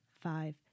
five